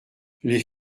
les